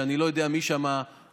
שאני לא יודע מי שם קובע,